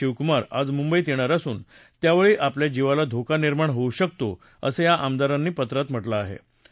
शिवकुमार आज मुद्धित येणार असून त्यावेळी आपल्या जीवाला धोका निर्माण होऊ शकतो असखी आमदारासी पत्रात म्हटलख्राहे